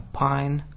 pine